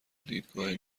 دیدگاه